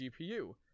GPU